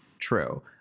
true